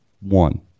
one